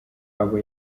abo